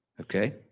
Okay